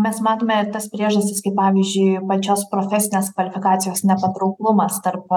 mes matome tas priežastis kaip pavyzdžiui pačios profesinės kvalifikacijos nepatrauklumas tarp